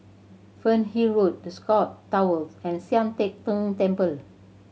Fernhill Road The Scott Towers and Sian Teck Tng Temple